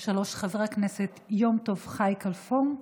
של חבר הכנסת יום טוב חי כלפון: